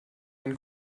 ein